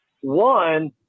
one